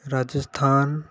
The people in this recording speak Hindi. राजस्थान